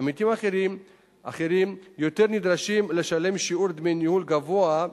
עמיתים אחרים נדרשים לשלם שיעור דמי ניהול גבוה,